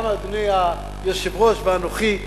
גם אדוני היושב-ראש וגם אנוכי,